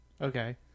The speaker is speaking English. Okay